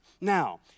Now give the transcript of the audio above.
Now